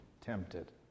tempted